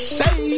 say